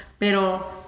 Pero